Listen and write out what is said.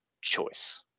choice